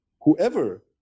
whoever